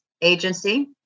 agency